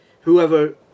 whoever